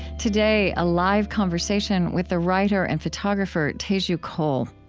today, a live conversation with the writer and photographer teju cole.